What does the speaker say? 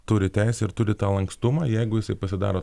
turi teisę ir turi tą lankstumą jeigu jisai pasidaro